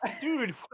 Dude